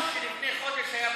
רק לפני חודש היה באופוזיציה.